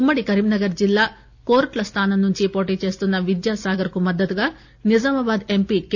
ఉమ్మడి కరీంనగర్ జిల్లా కోరుట్ల స్టానం నుండి పోటీ చేస్తున్న విద్యాసాగర్కు మద్దతుగా నిజామాబాద్ ఎంపీ కె